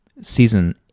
season